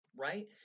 right